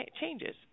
changes